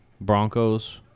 Broncos